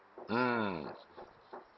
mm